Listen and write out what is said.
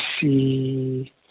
see